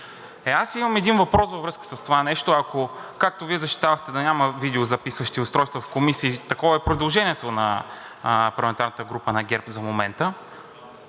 Аз имам един въпрос във връзка с това нещо: както Вие защитавахте да няма видеозаписващи устройства в комисии – такова е предложението на парламентарната група на ГЕРБ за момента,